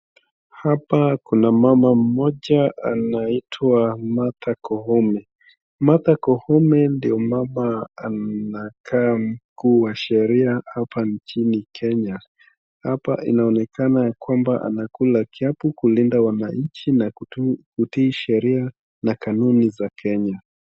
Hapa kuna mama mmoja anaitwa Martha Koome. Martha Koome ndio mama anakaa mkuu wa sheria hapa nchini Kenya. Hapa inaonekana ya kwamba kulinda wananchi na kutii sheria na kanuni za Kenya.